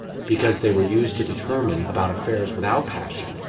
because they were used to determine about affairs without passion,